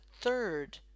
third